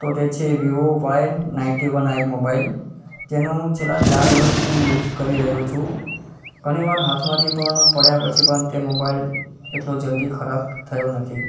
તો તે છે Vivo Y ninety one I mobile જેનો હું છેલ્લા ચાર વર્ષથી હું યુઝ કરી રહ્યો છું ઘણી વાર હાથમાંથી પણ પડ્યા પછી પણ તે મોબાઇલ એટલો જલ્દી ખરાબ થયો નથી